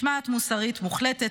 משמעת מוסרית מוחלטת,